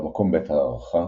במקום בית ההארחה,